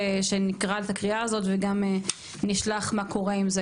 שנקרא את הקריאה הזאת וגם נשלח מה קורה עם זה,